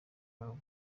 babo